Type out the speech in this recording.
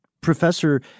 Professor